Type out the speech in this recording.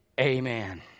Amen